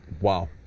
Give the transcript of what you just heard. Wow